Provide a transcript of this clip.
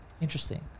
Interesting